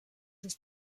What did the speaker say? ist